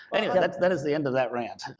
anyway, that is the end of that rant.